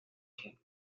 king